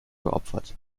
geopfert